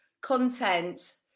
content